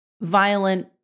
violent